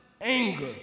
anger